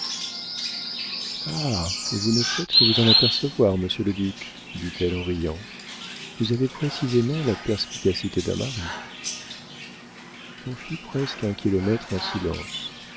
vous ne faites que vous en apercevoir monsieur le duc dit-elle en riant vous avez précisément la perspicacité d'un mari on fit presque un kilomètre en silence